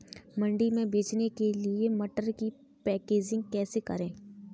मंडी में बेचने के लिए मटर की पैकेजिंग कैसे करें?